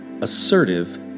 assertive